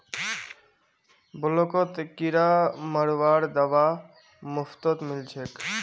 ब्लॉकत किरा मरवार दवा मुफ्तत मिल छेक